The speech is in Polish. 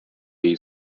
jej